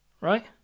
right